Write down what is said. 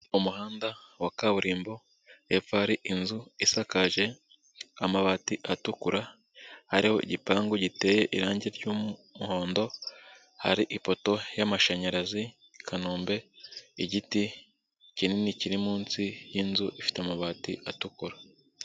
Umuhanda wa kaburimbo, hepfo hari inzu isakaje amabati atukura, hariho igipangu giteye irangi ry'umuhondo, hari ipoto y'amashanyarazi Kanombe, igiti kinini kiri munsi y'inzu ifite amabati atukura.